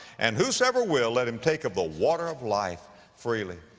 and whosoever will, let him take of the water of life freely.